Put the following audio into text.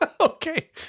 Okay